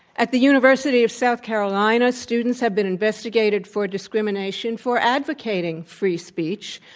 at the university of south carolina, students have been investigated for discrimination for advocating free speech,